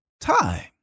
time